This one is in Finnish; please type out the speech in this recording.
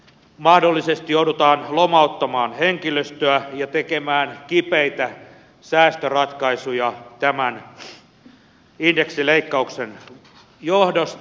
mahdollisesti joudutaan lomauttamaan henkilöstöä ja tekemään kipeitä säästöratkaisuja tämän indeksileikkauksen johdosta